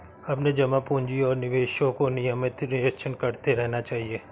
अपने जमा पूँजी और निवेशों का नियमित निरीक्षण करते रहना चाहिए